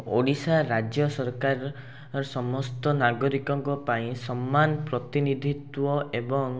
ଓଡ଼ିଶା ରାଜ୍ୟ ସରକାର ସମସ୍ତ ନାଗରିକଙ୍କ ପାଇଁ ସମାନ ପ୍ରତିନିଧିତ୍ୱ ଏବଂ